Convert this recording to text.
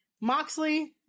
Moxley